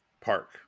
Park